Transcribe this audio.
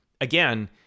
again